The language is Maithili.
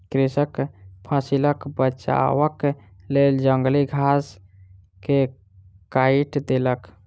कृषक फसिलक बचावक लेल जंगली घास के काइट देलक